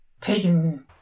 taking